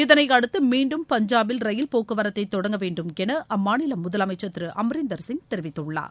இதனையடுத்து மீண்டும் பஞ்சாபில் ரயில் போக்குவரத்தை தொடங்க வேண்டும் என அம்மாநில முதலமைச்சர் திரு அம்ரீந்தர் சிங் தெரிவித்துள்ளார்